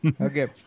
Okay